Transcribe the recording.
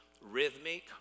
rhythmic